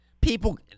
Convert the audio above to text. People